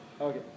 Okay